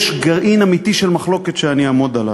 יש גרעין אמיתי של מחלוקת, ואני אעמוד עליו,